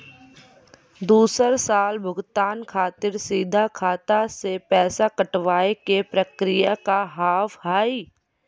दोसर साल भुगतान खातिर सीधा खाता से पैसा कटवाए के प्रक्रिया का हाव हई?